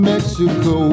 Mexico